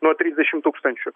nuo trisdešimt tūkstančių